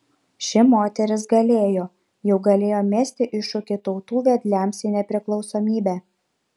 ši moteris galėjo jau galėjo mesti iššūkį tautų vedliams į nepriklausomybę